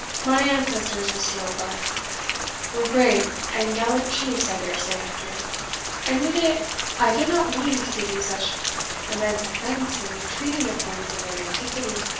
my ancestors, mr. oldbuck were great and gallant chiefs, i dare say, hector and really i did not mean to give you such immense offence in treating a point of remote antiquity,